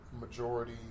majority